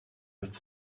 with